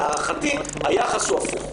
להערכתי היחס הוא הפוך.